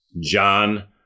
John